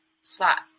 slot